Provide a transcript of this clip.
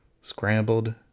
Scrambled